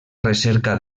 recerca